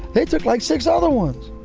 they took like six other ones.